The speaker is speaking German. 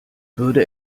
würde